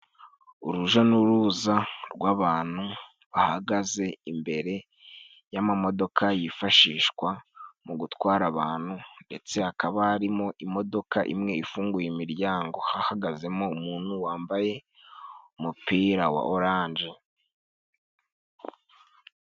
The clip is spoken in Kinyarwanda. Uruja n'uruza rw'abantu bahagaze imbere y'amamodoka yifashishwa mu gutwara abantu, ndetse hakaba harimo imodoka imwe ifunguye imiryango hahagazemo umuntu wambaye umupira wa oranje.